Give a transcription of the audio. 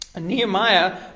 Nehemiah